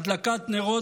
הדלקת נרות